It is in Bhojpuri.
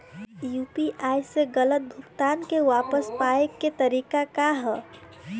यू.पी.आई से गलत भुगतान के वापस पाये के तरीका का ह?